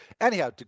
Anyhow